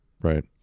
Right